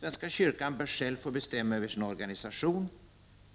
Svenska kyrkan bör själv få bestämma över sin organisation.